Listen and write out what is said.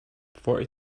forty